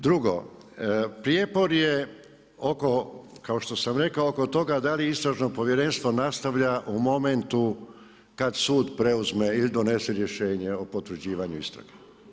Drugo, prijepor je oko, kao što sam rekao oko toga da li Istražno povjerenstvo nastavlja u momentu kada sud preuzme ili donese rješenje o potvrđivanju istrage.